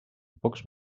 pocs